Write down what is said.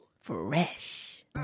Fresh